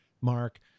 Mark